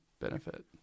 benefit